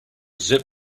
zip